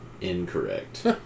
incorrect